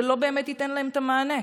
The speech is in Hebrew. זה לא באמת ייתן להם את המענה.